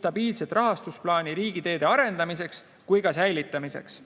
stabiilset rahastusplaani nii riigiteede arendamiseks kui ka säilitamiseks.